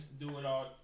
Do-It-All